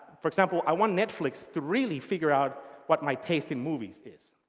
for example, i want netflix to really figure out what my taste in movies is.